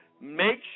make